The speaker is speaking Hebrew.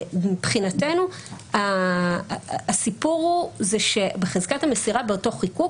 מבחינתנו הסיפור הוא זה שבחזקת המסירה באותו חיקוק